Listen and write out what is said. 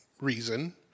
reason